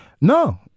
No